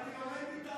אני לומד מטלי גוטליב.